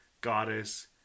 goddess